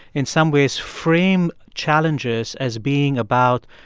in some ways, frame challenges as being about,